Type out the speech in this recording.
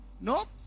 Nope